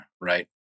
right